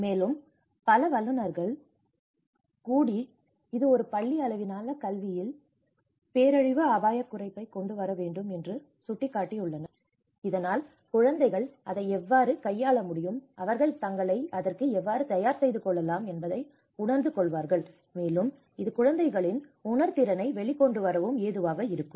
மேலும் பல வல்லுநர்கள் கூட இது ஒரு பள்ளி அளவிலான கல்வியில் பேரழிவு அபாயக் குறைப்பைக் கொண்டுவர வேண்டும் என்று சுட்டிக்காட்டியுள்ளனர் இதனால் குழந்தைகள் அதை எவ்வாறு கையாள முடியும் அவர்கள் தங்களை அதற்கு எவ்வாறு தயார் செய்து கொள்ளலாம் என்பதை உணர்ந்து கொள்வார்கள் மேலும் இது குழந்தைகளின் உணர் திறனை வெளிக் கொண்டு வரவும் ஏதுவாக இருக்கும்